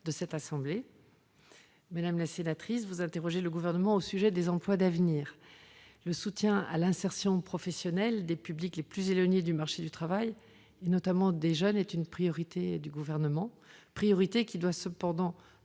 dialogue social. Madame la sénatrice, vous interrogez le Gouvernement au sujet des emplois d'avenir. Le soutien à l'insertion professionnelle des publics les plus éloignés du marché du travail, notamment des jeunes, est une priorité du Gouvernement, priorité qui doit toutefois